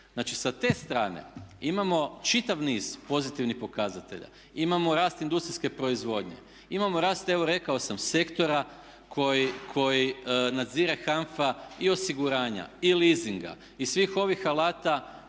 Znači sa te strane imamo čitav niz pozitivnih pokazatelja, imamo rast industrijske proizvodnje, imamo rast evo rekao sam sektora koje nadzire HANFA i osiguranja i leasinga i svih ovih alata